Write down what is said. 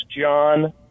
John